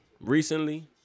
recently